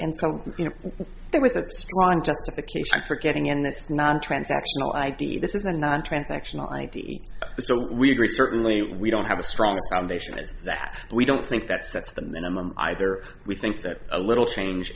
some you know there was a strong justification for getting in this not transactional i d this is a non transactional i d so we agree certainly we don't have a strong foundation is that we don't think that sets the minimum either we think that a little change